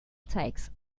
takes